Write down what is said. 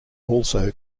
also